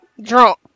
Drunk